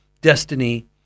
destiny